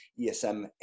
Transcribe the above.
ESM